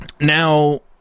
Now